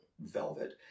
velvet